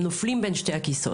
הם נופלים בין שני הכסאות.